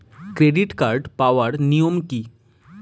Credit card পাওয়ার নিয়ম কী?